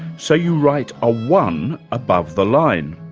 so you write a one above the line.